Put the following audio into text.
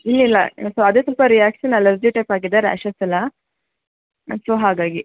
ಇಲ್ಲ ಇಲ್ಲ ಸೊ ಅದೇ ಸ್ವಲ್ಪ ರಿಯಾಕ್ಷನ್ ಅಲರ್ಜಿ ಟೈಪ್ ಆಗಿದೆ ರಾಶ್ಯಸ್ ಎಲ್ಲ ಲೈಕ್ ಸೊ ಹಾಗಾಗಿ